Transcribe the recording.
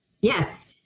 Yes